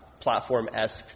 platform-esque